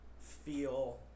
feel